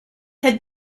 had